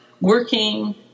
working